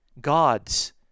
God's